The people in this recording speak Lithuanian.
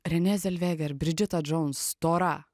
renė zelveger bridžita džouns stora